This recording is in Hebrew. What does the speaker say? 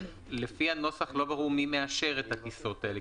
לפי הנוסח לא ברור מי מאשר את הטיסות האלה.